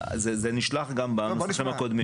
זה נשלח גם במקרים הקודמים.